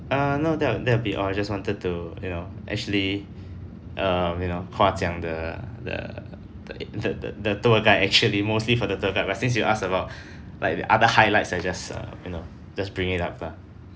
uh no that'll that'll be all I just wanted to you know actually um you know 夸奖 the the the the the tour guide actually mostly for the tour guide but since you asked about like the other highlights so I just uh you know just bring it up lah